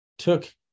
took